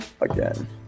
Again